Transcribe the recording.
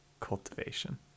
cultivation